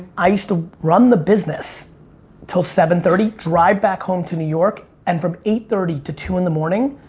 i used to run the business til seven thirty. drive back home to new york, and from eight thirty to two in the morning,